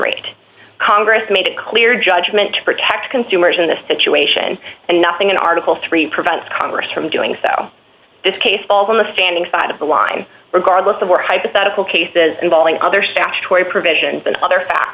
rate congress made it clear judgment to protect consumers in this situation and nothing in article three prevent congress from doing so this case falls on the standing side of the line regardless of where hypothetical cases involving other statutory provisions and other fa